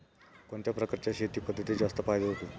कोणत्या प्रकारच्या शेती पद्धतीत जास्त फायदा होतो?